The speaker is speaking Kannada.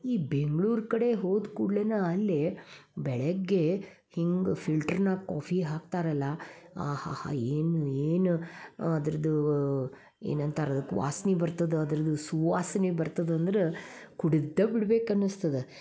ಈ ಬೆಂಗ್ಳೂರು ಕಡೆ ಹೋದ ಕೂಡಲೆ ಅಲ್ಲಿ ಬೆಳಗ್ಗೆ ಹಿಂಗೆ ಫಿಲ್ಟ್ರ್ನಾಗ್ ಕಾಫಿ ಹಾಕ್ತಾರಲ್ಲ ಆಹಾಹಾ ಏನು ಏನು ಅದ್ರದ್ದು ಏನಂತಾರೆ ಅದಕ್ಕೆ ವಾಸ್ನೆ ಬರ್ತದ ಅದ್ರದ್ದು ಸುವಾಸನೆ ಬರ್ತದಂದ್ರೆ ಕುಡಿದ್ದ ಬಿಡ್ಬೇಕನ್ನಸ್ತದೆ